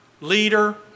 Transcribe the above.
leader